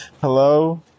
Hello